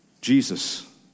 Jesus